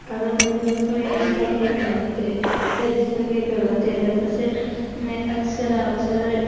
আৰু তাৰপিছত চাওঁ য়ে ৰিষ্টা কিয়া কেহলাতা হে য়ে ৰিষ্টা কিয়া কেহলাতা হেত আছে অক্সৰা অক্সৰাৰ